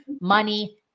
money